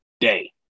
day